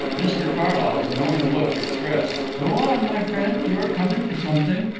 mr carlyle's knowing look expressed go on, my friend you are coming to something.